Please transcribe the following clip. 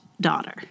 Daughter